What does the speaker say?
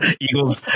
Eagles